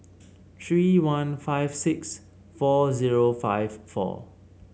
three one five six four zero five four